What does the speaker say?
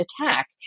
attack